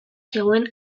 zegoen